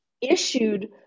issued